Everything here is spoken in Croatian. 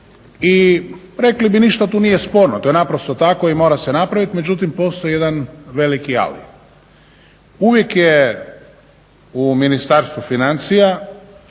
i rekli bi ništa tu nije sporno, to je naprosto tako i mora se napraviti. Međutim, postoji jedan veliki ali. Uvijek je u Ministarstvu financija